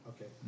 Okay